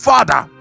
Father